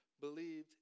believed